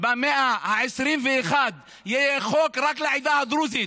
שבמאה ה-21 יהיה חוק רק לעדה הדרוזית.